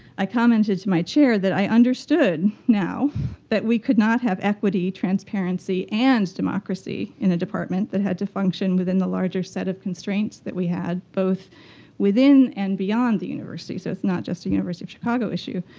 i commented to my chair that i understood now that we could not have equity transparency and democracy in a department that had to function within the larger set of constraints that we had. both within and beyond the university, so it's not just a university of chicago issue.